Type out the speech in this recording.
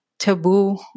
taboo